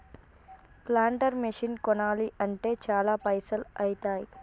planter machine కొనాలి అంటే చాల పైసల్ ఐతాయ్